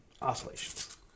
Oscillations